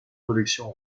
collections